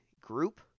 group